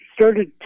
started